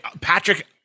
Patrick